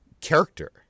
character